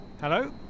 Hello